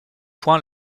point